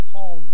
Paul